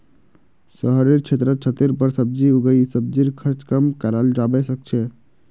शहरेर क्षेत्रत छतेर पर सब्जी उगई सब्जीर खर्च कम कराल जबा सके छै